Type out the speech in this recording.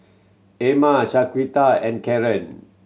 Erma Shaquita and Karren